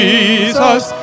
Jesus